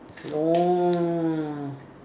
no